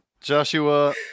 Joshua